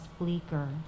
bleaker